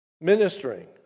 ministering